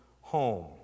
home